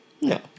No